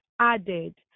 added